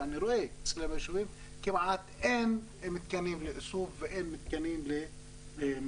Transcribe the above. ואני רואה אצלנו ביישובים שכמעט אין מתקנים לאיסוף ואין מתקנים למיחזור,